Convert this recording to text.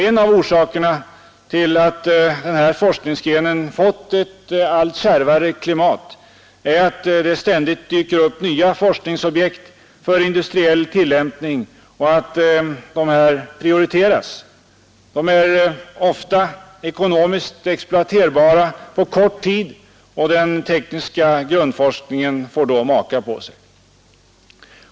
En av orsakerna till att den här forskningsgrenen fått ett allt kärvare klimat är att det ständigt dyker upp nya forskningsobjekt för industriell tillämpning och att de prioriteras. De är ofta ekonomiskt exploaterbara på kort tid, och den tekniska grundforskningen får då maka på sig.